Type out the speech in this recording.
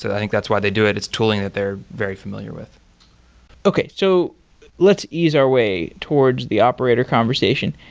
think that's why they do it, is tooling that they're very familiar with okay. so let's ease our way towards the operator conversation.